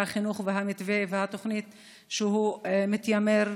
החינוך ואת המתווה והתוכנית שהוא מתיימר לה,